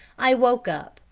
i woke up,